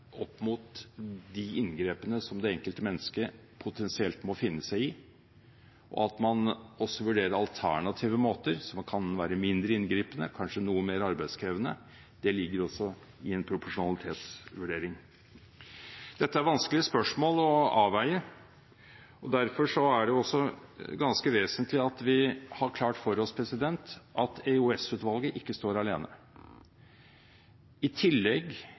opp mot de inngrepene som det enkelte menneske potensielt må finne seg i, og at man også vurderer alternative måter som kan være mindre inngripende, kanskje noe mer arbeidskrevende. Det ligger også i en proporsjonalitetsvurdering. Dette er vanskelige spørsmål å avveie, og derfor er det også ganske vesentlig at vi har klart for oss at EOS-utvalget ikke står alene. I tillegg